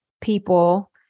people